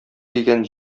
дигән